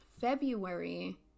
February